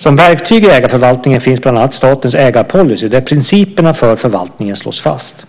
Som verktyg i ägarförvaltningen finns bland annat statens ägarpolicy där principerna för förvaltningen slås fast.